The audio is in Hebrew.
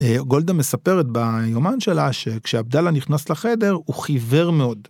גולדה מספרת ביומן שלה שכשעבדאללה נכנס לחדר הוא חיוור מאוד.